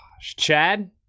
Chad